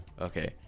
Okay